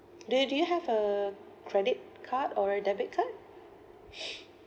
do do you have a credit card or a debit card